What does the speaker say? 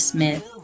Smith